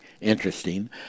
interesting